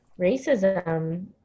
Racism